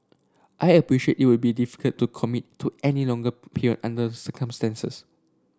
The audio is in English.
I appreciate it will be difficult to commit to any longer peer under circumstances